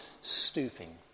stooping